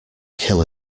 kill